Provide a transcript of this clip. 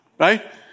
Right